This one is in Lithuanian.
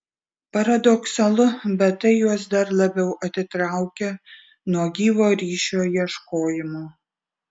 paradoksalu bet tai juos dar labiau atitraukia nuo gyvo ryšio ieškojimo